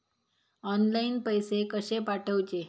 Online पैसे कशे पाठवचे?